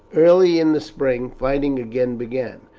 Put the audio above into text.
early in the spring fighting again began.